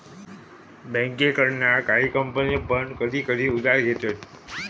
बँकेकडना काही कंपने पण कधी कधी उधार घेतत